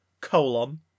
colon